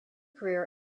career